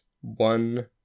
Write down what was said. one